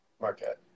Marquette